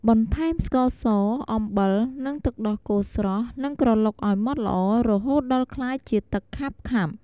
បន្ថែមស្ករស អំបិល និងទឹកដោះគោស្រស់ និងក្រឡុកឲ្យម៉ដ្ឋល្អ រហូតដល់ក្លាយជាទឹកខាប់ៗ។